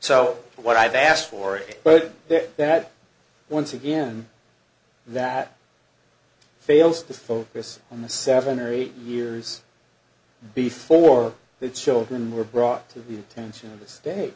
so what i've asked for it but that once again that fails to focus on the seven or eight years before the children were brought to the attention of th